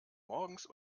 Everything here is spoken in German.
morgens